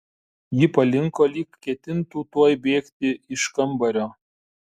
ji palinko lyg ketintų tuoj bėgti iš kambario